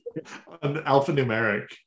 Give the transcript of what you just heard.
alphanumeric